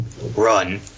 Run